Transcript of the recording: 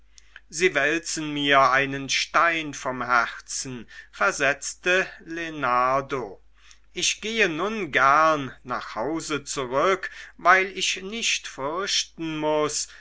sie wälzen mir einen stein vom herzen versetzte lenardo ich gehe nun gern nach hause zurück weil ich nicht fürchten muß